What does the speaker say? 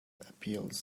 appeals